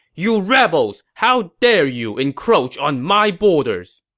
you rebels! how dare you encroach on my borders!